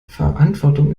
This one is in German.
verantwortung